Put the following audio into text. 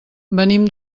venim